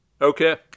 Okay